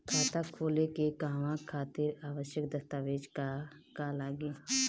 खाता खोले के कहवा खातिर आवश्यक दस्तावेज का का लगी?